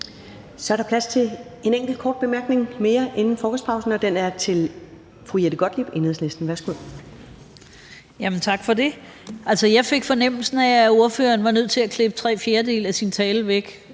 Så er der plads til en enkelt kort bemærkning mere inden frokostpausen, og den er til fru Jette Gottlieb, Enhedslisten. Værsgo. Kl. 11:58 Jette Gottlieb (EL): Tak for det. Altså, jeg fik fornemmelsen af, at ordføreren var nødt til at klippe tre fjerdedele af sin tale væk,